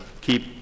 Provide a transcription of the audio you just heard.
keep